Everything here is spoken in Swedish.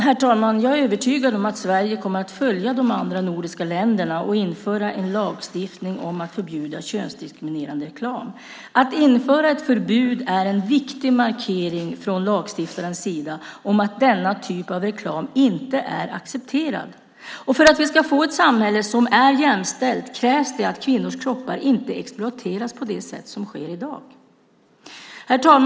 Herr talman! Jag är övertygad om att Sverige kommer att följa de andra nordiska länderna och införa en lagstiftning om att förbjuda könsdiskriminerande reklam. Att införa ett förbud är en viktig markering från lagstiftarens sida om att denna typ av reklam inte är accepterad. För att vi ska få ett samhälle som är jämställt krävs det att kvinnors kroppar inte exploateras på det sätt som sker i dag. Herr talman!